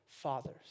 fathers